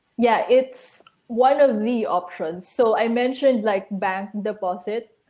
yeah, it's one of the options. so i mentioned like bank deposit,